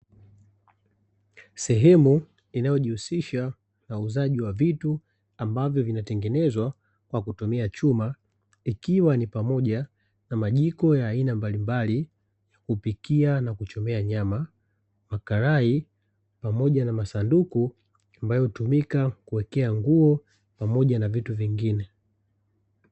Sehemu inayojihusisha na uuzaji wa vitu ambavyo vinatengenezwa kwa kutumia chuma, ikiwa ni pamoja na majiko ya aina mbalimbali ya kupikia na kuchomea nyama, makarai pamoja na masanduku ambayo hutumika kuwekea nguo pamoja na vitu vingine.